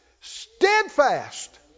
steadfast